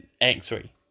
X-Ray